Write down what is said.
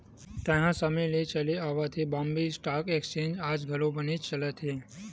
तइहा समे ले चले आवत ये बॉम्बे स्टॉक एक्सचेंज आज घलो बनेच चलत हे